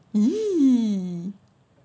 !ee!